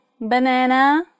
banana